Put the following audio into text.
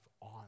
on